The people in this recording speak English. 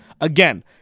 Again